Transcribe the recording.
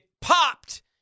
popped